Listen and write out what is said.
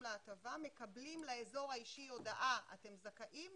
להטבה ומקבלים לאזור האישי הודעה: אתם זכאים,